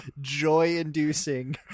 joy-inducing